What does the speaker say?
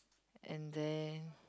and then